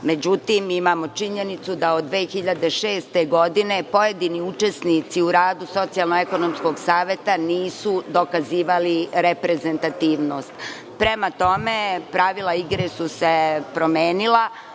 Međutim, imamo činjenicu da od 2006. godine pojedini učesnici u radu Socijalno-ekonomskog saveta nisu dokazivali reprezentativnost. Prema tome, pravila igre su se promenila,